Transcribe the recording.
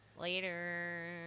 Later